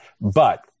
But-